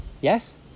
Yes